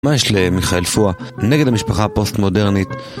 מה יש למיכאל פוע נגד המשפחה הפוסט מודרנית?